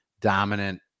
dominant